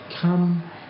come